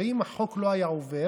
הרי אם החוק לא היה עובר,